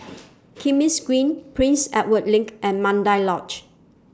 Kismis Green Prince Edward LINK and Mandai Lodge